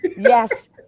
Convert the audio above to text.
Yes